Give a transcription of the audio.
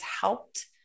helped